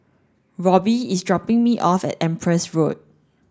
Robby is dropping me off at Empress Road